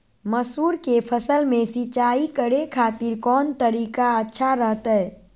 मसूर के फसल में सिंचाई करे खातिर कौन तरीका अच्छा रहतय?